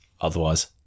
Otherwise